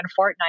Fortnite